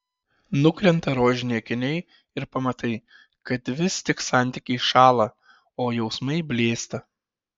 nukrenta rožiniai akiniai ir pamatai kad vis tik santykiai šąla o jausmai blėsta